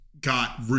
got